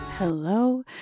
Hello